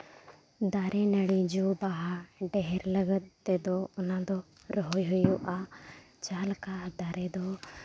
ᱫᱟᱨᱮ ᱱᱟᱹᱲᱤ ᱡᱚ ᱵᱟᱦᱟ ᱰᱷᱮᱨ ᱞᱟᱹᱜᱤᱫ ᱛᱮᱫᱚ ᱚᱱᱟ ᱫᱚ ᱨᱚᱦᱚᱭ ᱦᱩᱭᱩᱜᱼᱟ ᱡᱟᱦᱟᱸ ᱞᱮᱠᱟ ᱫᱟᱨᱮ ᱫᱚ